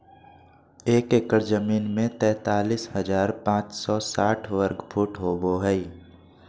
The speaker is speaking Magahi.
एक एकड़ जमीन में तैंतालीस हजार पांच सौ साठ वर्ग फुट होबो हइ